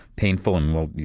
painful, and well,